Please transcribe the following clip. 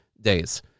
days